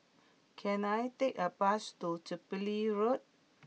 can I take a bus to Jubilee Road